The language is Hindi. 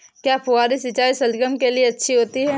क्या फुहारी सिंचाई शलगम के लिए अच्छी होती है?